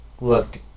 looked